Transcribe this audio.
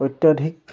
অত্যাধিক